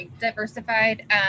diversified